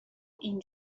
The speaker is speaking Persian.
این